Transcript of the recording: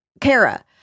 Kara